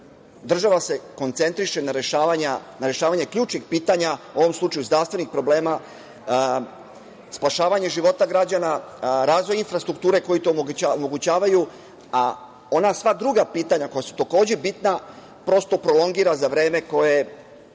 država se koncentriše na rešavanje ključnih pitanja, u ovom slučaju zdravstvenih problema, spašavanje života građana, razvoj infrastrukture koji to omogućavaju, a ona sva druga pitanja koja su takođe bitna prosto prolongira za vreme koje